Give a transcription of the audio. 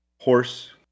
horse